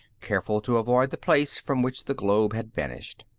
careful to avoid the place from which the globe had vanished.